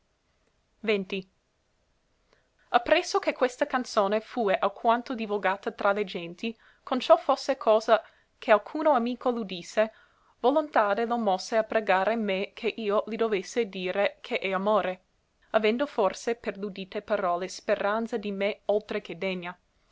poi ppresso che questa canzone fue alquanto divolgata tra le genti con ciò fosse cosa che alcuno amico l'udisse volontade lo mosse a pregare me che io li dovesse dire che è amore avendo forse per l'udite parole speranza di me oltre che degna